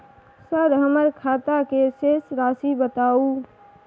Sir हमर खाता के शेस राशि बताउ?